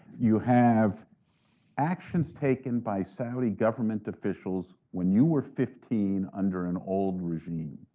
you have actions taken by saudi government officials when you were fifteen under an old regime.